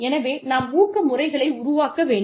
எனவே நாம் ஊக்க முறைகளை உருவாக்க வேண்டும்